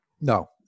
no